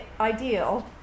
Ideal